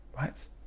right